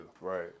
Right